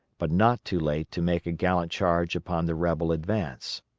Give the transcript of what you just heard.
but not too late to make a gallant charge upon the rebel advance.